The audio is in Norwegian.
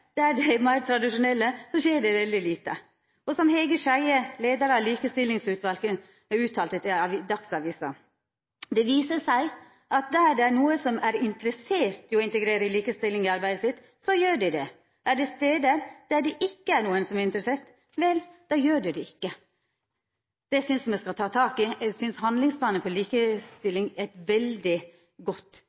veldig lite. Som Hege Skjeie, leiar av Likestillingsutvalet, uttalte til Dagsavisen: «Det viser seg at der det er noen som er interessert i å integrere likestilling i arbeidet sitt, så gjør de det. Er det steder der det ikke er noen som er interessert, vel da gjør de det ikke.» Det synest eg me skal ta tak i. Eg synest handlingsplanen for likestilling er eit veldig godt